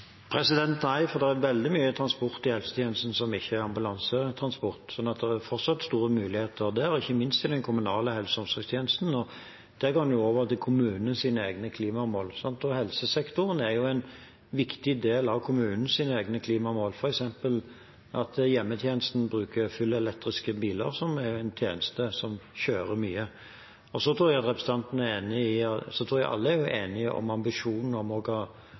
Veldig mye transport i helsetjenesten er ikke ambulansetransport, slik at det er fortsatt store muligheter der, ikke minst i den kommunale helse- og omsorgstjenesten. Det går nå over til kommunenes egne klimamål. Helsesektoren er en viktig del av kommunens egne klimamål, f.eks. at hjemmetjenesten, en tjeneste som kjører mye, bruker fullelektriske biler. Jeg tror alle er enige om ambisjonene om å ha nullutslippsbiler, elektriske biler, i framtiden. Men de må selvfølgelig, til enhver tid, tilfredsstille de funksjonskrav som er.